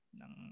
ng